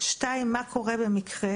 שאלה שנייה, מה קורה במקרה